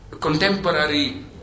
contemporary